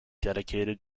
dedicated